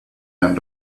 end